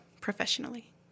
professionally